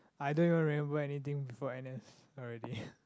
I don't even remember anything before n_s already